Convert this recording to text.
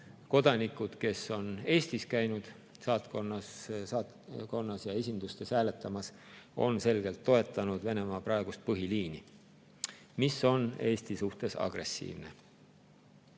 kodanikud, kes on käinud Eestis saatkonnas ja esindustes hääletamas, on selgelt toetanud Venemaa praegust põhiliini, mis on Eesti suhtes agressiivne.